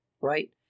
right